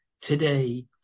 today